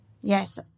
Yes